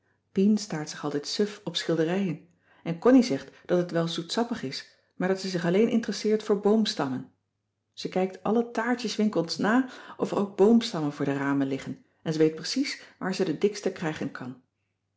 pien staart zich altijd suf op schilderijen en connie zegt dat het wel zoetsappig is maar dat ze zich alleen interesseert voor boomstammen ze kijkt alle taartjeswinkels na of er ook boomstammen voor de ramen liggen en ze weet precies waar ze de dikste krijgen kan